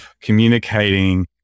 communicating